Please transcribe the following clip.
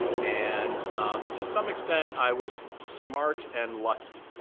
and to some extent, i was smart and lucky. but